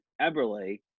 Eberle